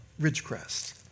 Ridgecrest